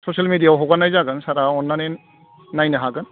social मेदिया आव हगारनाय जागोन सारा अन्नानै नायनो हागोन